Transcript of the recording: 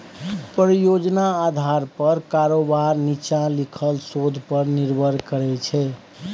परियोजना आधार पर कारोबार नीच्चां लिखल शोध पर निर्भर करै छै